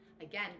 again